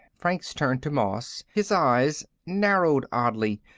franks turned to moss, his eyes narrowed oddly.